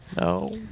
No